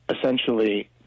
essentially